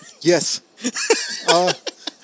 Yes